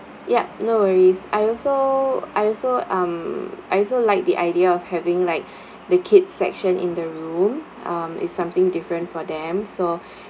yup no worries I also I also um I also liked the idea of having like the kids section in the room um it's something different for them so